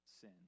sin